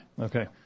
Okay